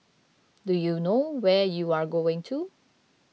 do you know where you're going to